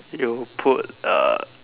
you put err